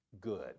good